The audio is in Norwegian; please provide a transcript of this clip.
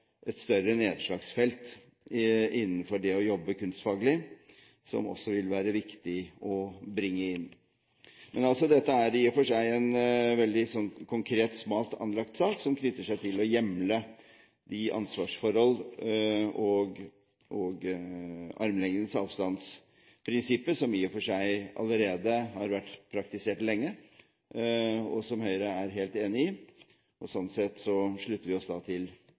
nedslagsfelt innenfor det å jobbe kunstfaglig, som det også vil være viktig å bringe inn. Men dette er i og for seg en veldig konkret, smalt anlagt sak, som knytter seg til å hjemle ansvarsforhold og armlengdes-avstand-prinsippet, som i og for seg har vært praktisert lenge allerede, og som Høyre er helt enig i. Sånn sett slutter vi oss til